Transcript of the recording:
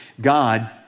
God